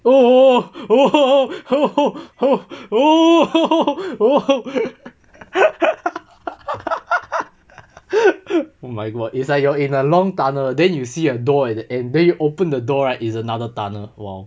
oh oh oh oh oh oh oh my god it's like you are in a long tunnel then you see a door at the end then you open the door right it's another tunnel !wow!